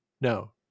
No